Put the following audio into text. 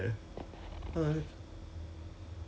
somemore it's in U_S_D and and tax free right